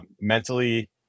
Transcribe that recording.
mentally